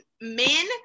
men